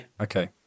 Okay